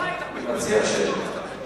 אנחנו נסתום לך את הפה.